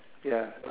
ya